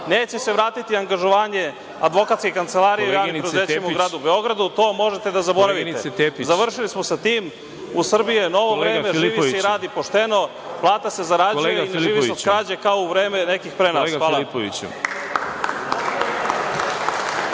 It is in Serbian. neće se vratiti angažovanje advokatske kancelarije javnim preduzećima u Gradu Beogradu, to možete da zaboravite, završili smo sa tim. U Srbiji je novo vreme, živi se i radi pošteno, plata se zarađuje i ne živi se od krađa kao u vreme nekih pre nas.